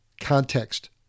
context